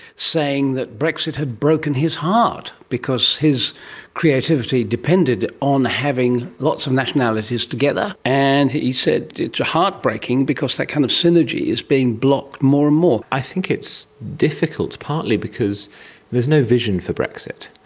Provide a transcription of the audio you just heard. saying that brexit had broken his heart because his creativity depended on having lots of nationalities together, and he said it's heartbreaking because that kind of synergy is being blocked more and more. i think it's difficult partly because there is no vision for brexit.